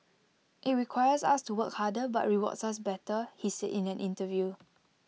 IT requires us to work harder but rewards us better he said in an interview